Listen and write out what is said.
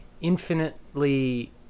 infinitely